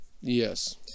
Yes